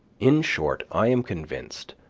in short, i am convinced,